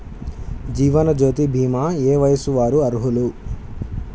జీవనజ్యోతి భీమా ఏ వయస్సు వారు అర్హులు?